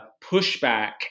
pushback